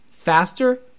Faster